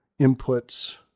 inputs